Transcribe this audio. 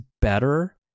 better